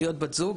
זוג,